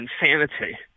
insanity